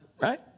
Right